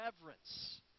reverence